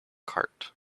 cart